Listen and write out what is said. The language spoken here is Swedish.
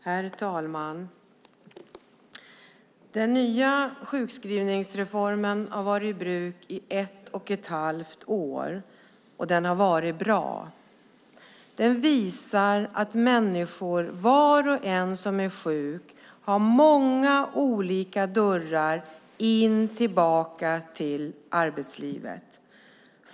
Herr talman! Den nya sjukskrivningsreformen har varit i bruk i ett och ett halvt år, och den har varit bra. Den visar att människor som är sjuka har många olika dörrar in tillbaka till arbetslivet.